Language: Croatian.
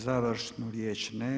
Završnu riječ ne.